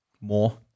more